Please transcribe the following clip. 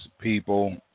people